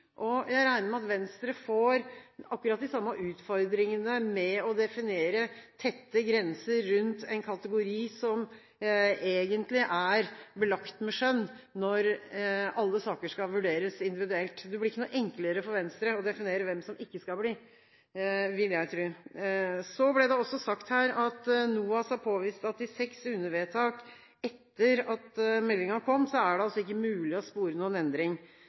Og jeg regner med at Venstre får akkurat de samme utfordringene med å definere tette grenser rundt en kategori som egentlig er belagt med skjønn, når alle saker skal vurderes individuelt. Det blir ikke noe enklere for Venstre å definere hvem som ikke skal bli, vil jeg tro. Så ble det også sagt her at NOAS har påvist at i seks UNE-vedtak – etter at meldingen kom – er det ikke mulig å spore noen endring.